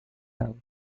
out